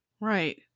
Right